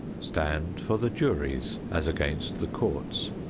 stand for the juries as against the courts.